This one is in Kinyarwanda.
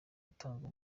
gutanga